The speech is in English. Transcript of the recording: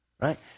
right